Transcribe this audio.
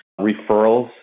referrals